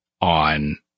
on